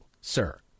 sir